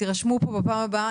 תירשמו פה בפעם הבאה,